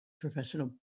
professional